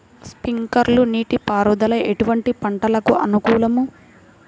Sprinkler నీటిపారుదల ఎటువంటి పంటలకు అనుకూలము?